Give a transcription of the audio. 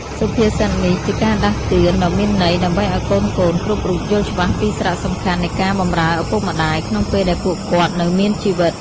សុភាសិតនេះជាការដាស់តឿនដ៏មានន័យ ដើម្បីឲ្យកូនៗគ្រប់រូបយល់ច្បាស់ពីសារៈសំខាន់នៃការបម្រើឪពុកម្តាយក្នុងពេលដែលពួកគាត់នៅមានជីវិត។